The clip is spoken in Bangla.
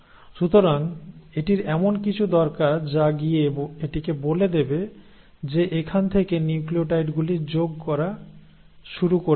সুতরাং এটির এমন কিছু দরকার যা গিয়ে এটিকে বলে দেবে যে এখান থেকে নিউক্লিওটাইড গুলি যোগ করা শুরু করতে হবে